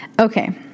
Okay